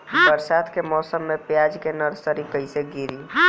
बरसात के मौसम में प्याज के नर्सरी कैसे गिरी?